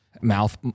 Mouth